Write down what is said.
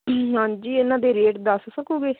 ਹਾਂਜੀ ਇਹਨਾ ਦੇ ਰੇਟ ਦੱਸ ਸਕੋਗੇ